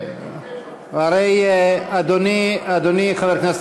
זה נוגד את הטבע.